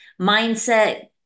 mindset